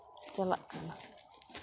ᱪᱟᱞᱟᱜ ᱠᱟᱱᱟ